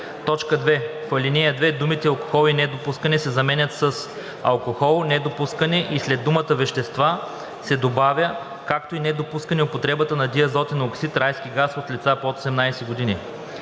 2. В ал. 2 думите „алкохол и недопускане“ се заменят с „алкохол, недопускане“ и след думата „вещества“ се добавя „както и недопускане употребата на диазотен оксид (райски газ) от лица под 18 години“.